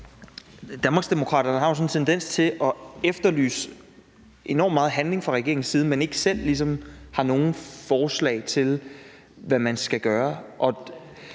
Danmarksdemokraterne har jo en tendens til at efterlyse enormt meget handling fra regeringens side, men ikke selv have nogen forslag til, hvad man skal gøre.